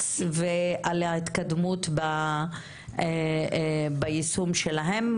בג"ץ ועל ההתקדמות ביישום שלהם,